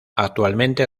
actualmente